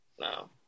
no